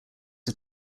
are